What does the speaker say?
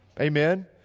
Amen